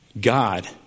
God